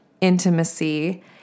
intimacy